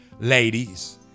Ladies